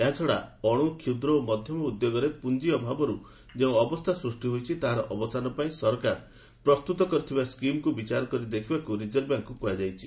ଏହାଛଡ଼ା ଅଣୁ କ୍ଷୁଦ୍ର ଓ ମଧ୍ୟମ ଉଦ୍ୟୋଗରେ ପୁଞ୍ଜି ଅଭାବରୁ ଯେଉଁ ଅବସ୍ଥା ସୃଷ୍ଟି ହୋଇଛି ତାହାର ଅବସାନ ପାଇଁ ସରକାର ପ୍ରସ୍ତୁତ କରିଥିବା ସ୍କିମ୍କୁ ବିଚାର କରି ଦେଖିବାକୁ ରିଜର୍ଭ ବ୍ୟାଙ୍କ୍କୁ କୁହାଯାଇଛି